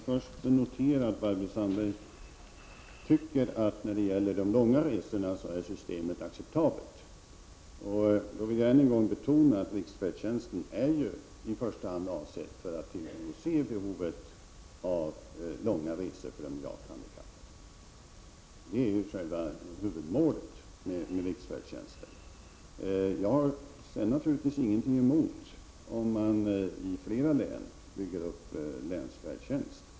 Fru talman! Jag vill först notera att Barbro Sandberg tycker att systemet är acceptabelt när det gäller de långa resorna. Jag vill då betona att riksfärdtjänsten i första hand är avsedd för att tillgodose de gravt handikappades behov av långa resor. Detta är huvudmålet för riksfärdtjänsten. Jag har naturligtvis ingenting emot att man i flera län bygger upp länsfärdtjänst.